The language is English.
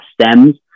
stems